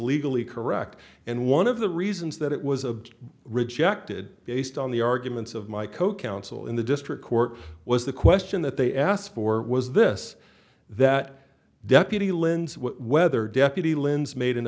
legally correct and one of the reasons that it was a rejected based on the arguments of my co counsel in the district court was the question that they asked for was this that deputy lindsey whether deputy lin's made an